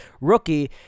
rookie